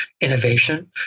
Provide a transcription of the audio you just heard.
innovation